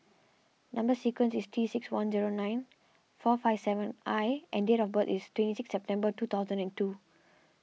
Number Sequence is T six one zero nine four five seven I and date of birth is twenty six September two thousand and two